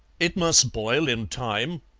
it must boil in time,